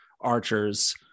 archers